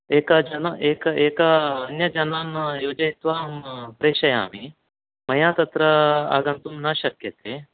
एक एक अन्यजनान् योजयित्वा अहं प्रेषयामि मया तत्र आगन्तुं न शक्यते